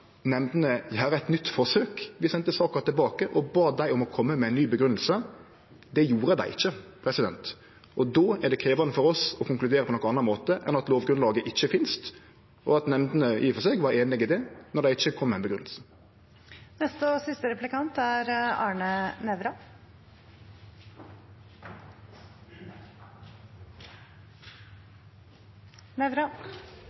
nemndene om å gjere eit nytt forsøk. Vi sende saka tilbake og bad dei om å kome med ei ny grunngjeving. Det gjorde dei ikkje. Då er det krevjande for oss å konkludere på nokon annan måte enn at lovgrunnlaget ikkje finst, og at nemndene i og for seg var einig i det når dei kom ikkje kom med